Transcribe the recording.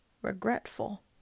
Regretful